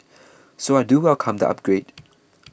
so I do welcome the upgrade